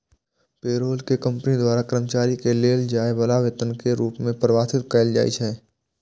payroll कें company द्वारा कर्मचारी कें देल जाय बला वेतन के रूप मे परिभाषित कैल जाइ छै